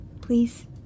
Please